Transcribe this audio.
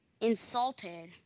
insulted